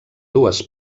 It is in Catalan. dues